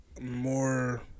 more